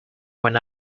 when